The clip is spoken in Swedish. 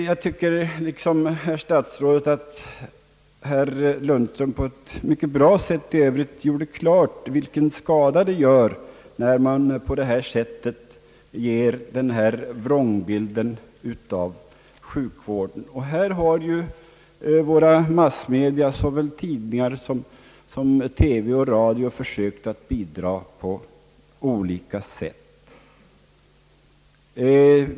Jag tycker liksom herr statsrådet att herr Lundström i övrigt på ett mycket bra sätt gjorde klart vilken skada det vållar när man på detta sätt ger en vrångbild av sjukvården. Och härvidlag har våra massmedia, såväl tidningar som TV och radio, försökt att bidra på olika sätt.